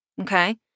Okay